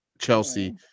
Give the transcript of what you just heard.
Chelsea